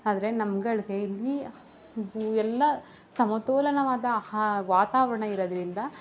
ಆದ್ರೆ ನಮ್ಮಗಳ್ಗೆ ಈ ಬೂ ಎಲ್ಲ ಸಮತೋಲನವಾದ ಆಹಾ ವಾತಾವರಣ ಇರೋದ್ರಿಂದ